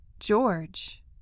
George